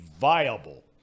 viable